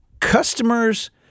customers